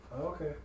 Okay